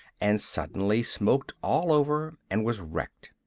and suddenly smoked all over and was wrecked.